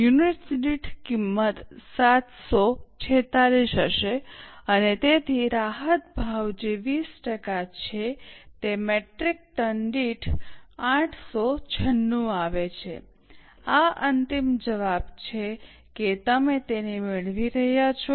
unit દીઠ કિંમત 746 હશે અને તેથી રાહત ભાવ જે ૨૦ ટકા છે તે મેટ્રિક ટન દીઠ 896 આવે છે આ અંતિમ જવાબ છે કે તમે તેને મેળવી રહ્યા છો